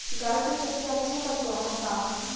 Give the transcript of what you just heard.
गाय के सबसे अच्छा पशु आहार का ह?